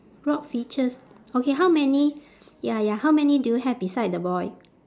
rock features okay how many ya ya how many do you have beside the boy